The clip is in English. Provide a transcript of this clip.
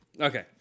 okay